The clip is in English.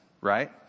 right